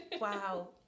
wow